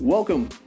Welcome